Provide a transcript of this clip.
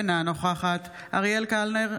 אינה נוכחת אריאל קלנר,